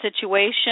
situation